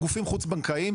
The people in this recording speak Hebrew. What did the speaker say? גופים חוץ-בנקאיים,